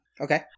Okay